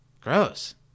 Gross